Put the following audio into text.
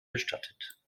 bestattet